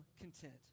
content